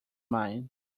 mind